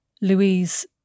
Louise